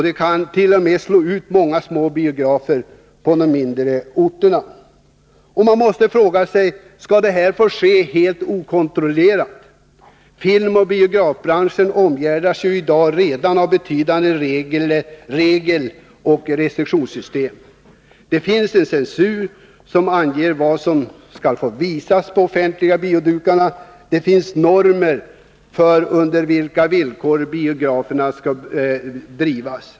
Det kan t.o.m. slå ut många små biografer på de mindre orterna. Man måste fråga sig: Skall det här få ske helt okontrollerat? Filmoch biografbranschen omgärdas ju redan i dag av ett betydande regeloch restriktionssystem. Det finns en censur som anger vad som inte skall få visas offentligt på biodukarna. Det finns normer för under vilka villkor biograferna skall drivas.